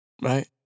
right